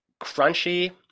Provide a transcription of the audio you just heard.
crunchy